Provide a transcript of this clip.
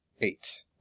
Eight